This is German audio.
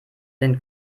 den